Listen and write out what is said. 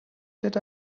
did